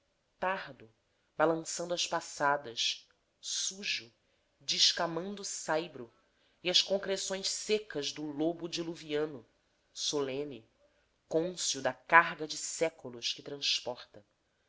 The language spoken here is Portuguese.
tardo balançando as passadas sujo descamando saibro e as concreções secas do lobo diluviano solene cônscio da carga de séculos que transporta